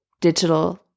digital